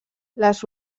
les